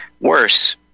Worse